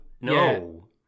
No